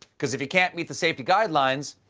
because if you can't meet the safety guidelines,